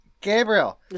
Gabriel